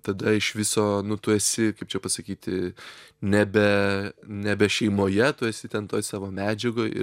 tada iš viso nu tu esi kaip čia pasakyti nebe nebe šeimoje tu esi ten toj savo medžiagoj ir